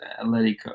Atletico